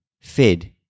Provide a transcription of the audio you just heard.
fed